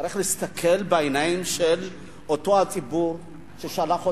צריך להסתכל בעיניים של אותו הציבור ששלח אותנו.